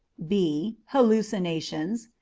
b. hallucinations.